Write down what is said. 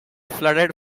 flooded